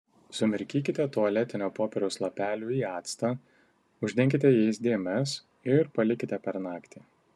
sumirkykite tualetinio popieriaus lapelių į actą uždenkite jais dėmes ir palikite per naktį